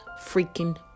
freaking